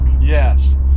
Yes